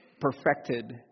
perfected